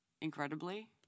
incredibly